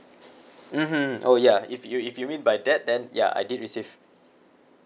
mmhmm oh ya if you if you mean by that then ya I did receive